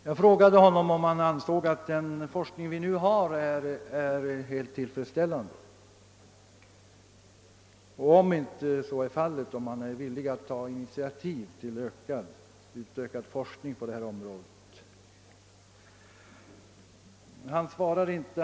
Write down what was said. Jag frågade honom, om han ansåg att den forskning vi nu har är helt tillfredsställande och — om inte så är fallet — om han är villig att ta initiativ till utökad forskning på detta område. Han svarade inte.